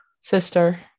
Sister